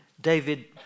David